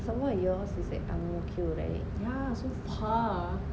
some more your house is at tung lok kiew right